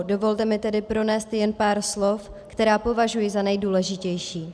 Dovolte mi tedy pronést jen pár slov, která považuji za nejdůležitější.